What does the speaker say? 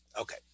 Okay